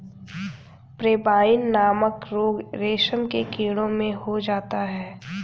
pebrine नामक रोग रेशम के कीड़ों में हो जाता है